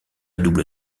double